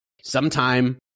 Sometime